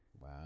Wow